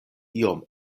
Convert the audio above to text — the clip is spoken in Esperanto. iom